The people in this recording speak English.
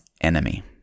enemy